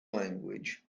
language